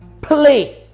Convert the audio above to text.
play